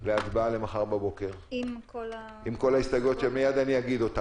להצבעה למחר בבוקר עם כל ההסתייגויות שמייד אגיד.